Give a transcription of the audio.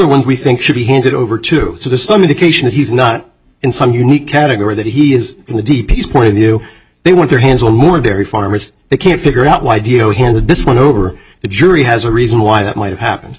one we think should be handed over to the some indication he's not in some unique category that he is in the deepest point of view they want their hands on more dairy farmers they can figure out why do you know him this one over the jury has a reason why that might have happened